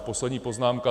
A poslední poznámka.